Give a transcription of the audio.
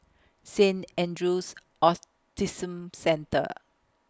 Saint Andrew's Autism Centre